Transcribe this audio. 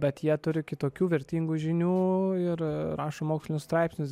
bet jie turi kitokių vertingų žinių ir rašo mokslinius straipsnius